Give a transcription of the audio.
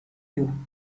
you